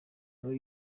muri